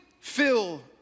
fill